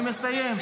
אני מסיים.